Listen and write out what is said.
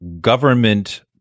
government